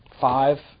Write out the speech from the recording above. Five